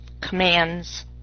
commands